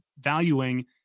valuing